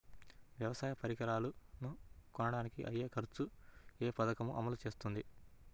వ్యవసాయ పరికరాలను కొనడానికి అయ్యే ఖర్చు ఏ పదకము అమలు చేస్తుంది?